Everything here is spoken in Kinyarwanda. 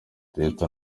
leta